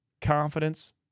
Confidence